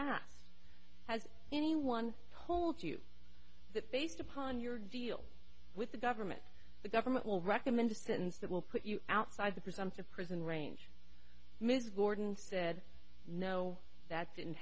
asked has anyone told you that based upon your deal with the government the government will recommend a sentence that will put you outside the prison to prison range ms gordon said no that didn't